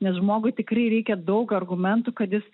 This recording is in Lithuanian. nes žmogui tikrai reikia daug argumentų kad jis